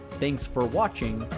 thanks for watching,